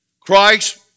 Christ